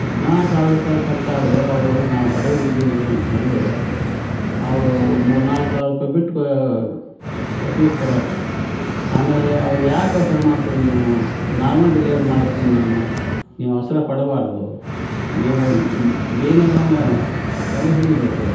ಹದಿನಾರು ಸಾವಿರ ರೂಪಾಯಿ ಖರ್ಚಾದರೆ ಅವರು ನಾವು ಬದವ್ರು ಇದ್ದೀವಿ ರಿ ಅಂತ ಹೇಳಿದರೆ ಅವರು ಮೂರು ನಾಲ್ಕು ಸಾವಿರ ರೂಪಾಯಿ ಬಿಟ್ಟು ಫೀಸ್ ತಗೊಳ್ತಾರೆ ಆಮೇಲೆ ಅವರು ಯಾಕೆ ಅವಸರ ಮಾಡ್ತೀರಾ ನೀವು ನಾರ್ಮಲ್ ಡೆಲಿವರಿ ಮಾಡಸ್ತೀನಿ ನಾನು ನೀವು ಅವಸರ ಪಡಬಾರದು ನೀವು ಬೇನೆಗಳನ್ನು ತಡೆ ಹಿಡಿಯಬೇಕು